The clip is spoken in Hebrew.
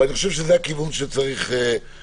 אבל אני חושב שזה הכיוון שצריך להיות.